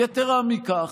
יתרה מכך,